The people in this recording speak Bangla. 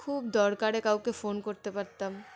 খুব দরকারে কাউকে ফোন করতে পারতাম